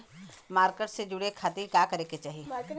Market से जुड़े खाती का करे के चाही?